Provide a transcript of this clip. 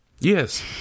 Yes